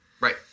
Right